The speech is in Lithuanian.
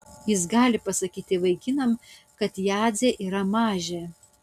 jis gali pasakyti vaikinam kad jadzė yra mažė